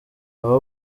aba